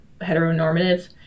heteronormative